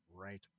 right